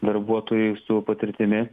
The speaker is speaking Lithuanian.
darbuotojui su patirtimi